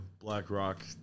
BlackRock